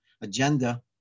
agenda